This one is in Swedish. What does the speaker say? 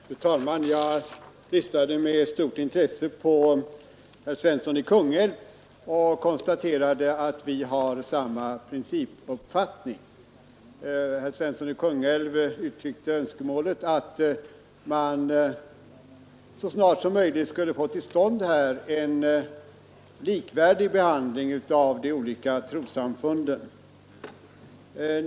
Fru talman! Jag lyssnade med stort intresse på vad herr Svensson i mma principiella uppfattning i Kungälv sade och konstaterade att vi har s denna fråga. Herr Svensson uttryckte önskemålet att man här så snart som möjligt skulle få till stånd en likvärdig behandling av de olika trossamfunden.